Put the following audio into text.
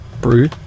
Brew